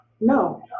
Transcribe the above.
no